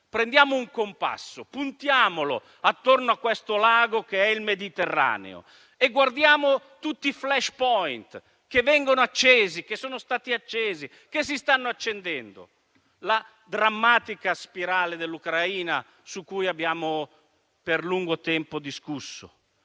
Prendiamo un compasso, puntiamolo attorno a quel lago che è il Mediterraneo e guardiamo tutti i *flash point* che vengono accesi, che sono stati accesi e si stanno accendendo: vi è la drammatica spirale dell'Ucraina, su cui abbiamo per lungo tempo discusso;